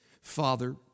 Father